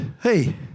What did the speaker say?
Hey